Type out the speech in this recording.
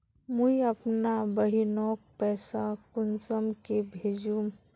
मुई अपना बहिनोक पैसा कुंसम के भेजुम?